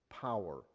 power